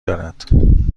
دارد